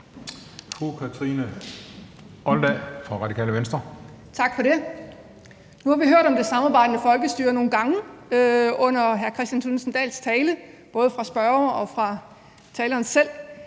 Nu har vi hørt om det samarbejdende folkestyre nogle gange under hr. Kristian Thulesen Dahls tale, både fra spørgeren og fra taleren selv,